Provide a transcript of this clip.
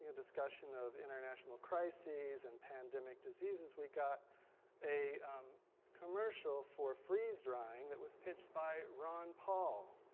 and discussion of international crises and pandemic diseases we got a commercial for freeze-drying that was pitched by ron paul.